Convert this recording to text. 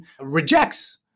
rejects